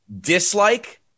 dislike